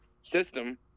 system